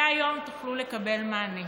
מהיום תוכלו לקבל מענה.